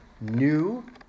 New